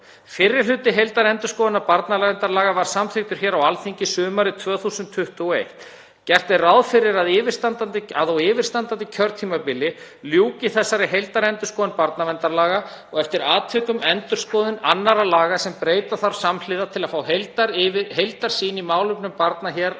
Fyrri hluti heildarendurskoðunar barnaverndarlaga var samþykktur hér á Alþingi sumarið 2021. Gert er ráð fyrir að á yfirstandandi kjörtímabili ljúki þessari heildarendurskoðun barnaverndarlaga og eftir atvikum endurskoðun annarra laga sem breyta þarf samhliða til að fá heildarsýn í málefnum barna hér á